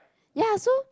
ya so